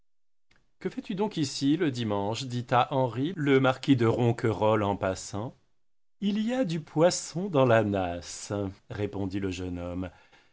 que fais-tu donc ici le dimanche dit à henri le marquis de ronquerolles en passant il y a du poisson dans la nasse répondit le jeune homme